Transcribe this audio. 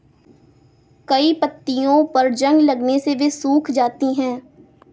कई पत्तियों पर जंग लगने से वे सूख जाती हैं